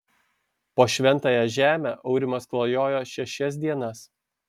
po šventąją žemę aurimas klajojo šešias dienas